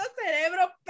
cerebro